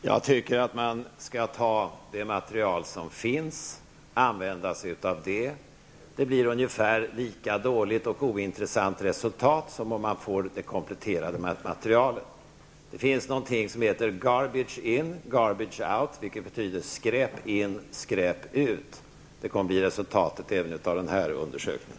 Herr talman! Jag tycker att man skall använda sig av det material som finns. Det blir ett ungefär lika dåligt och ointressant resultat som om man får det kompletterade materialet. Det finns någonting som heter garbidge in, garbidge out, vilket betyder skräp in, skräp ut. Det kommer att bli resultatet även av den här undersökningen.